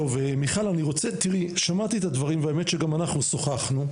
מיכל, שמעתי את הדברים והאמת שגם אנחנו שוחחנו.